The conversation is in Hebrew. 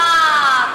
לשואה, הגעת לשואה.